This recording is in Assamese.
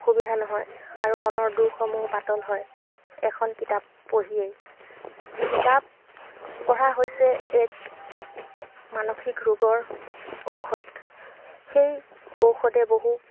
সুবিধা নহয় আৰু মনৰ দুখসমূহ পাতল হয় এখন কিতাপ পঢ়িয়েই কিতাপ পঢ়া হৈছে এক মানসিক ৰোগৰ ঔষধ সেই ঔষধে বহু